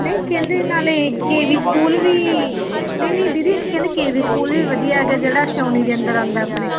ਨਹੀਂ ਕਹਿੰਦੇ ਨਾਲੇ ਕੇਵੀ ਸਕੂਲ ਵੀ ਨਹੀਂ ਨਹੀਂ ਦੀਦੀ ਇੱਕ ਕਹਿੰਦੇ ਕੇਵੀ ਸਕੂਲ ਵੀ ਵਧੀਆ ਹੈਗਾ ਜਿਹੜਾ ਸ਼ੋਨੀ ਦੇ ਅੰਦਰ ਆਉਂਦਾ ਆਪਣੇ